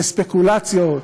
לספקולציות,